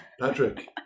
Patrick